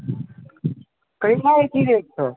करैलाके की रेट छऽ